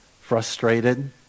frustrated